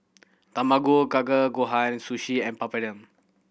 Tamago Kake Gohan Sushi and Papadum